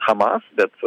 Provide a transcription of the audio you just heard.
hamas bet